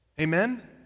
Amen